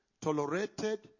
tolerated